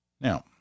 Now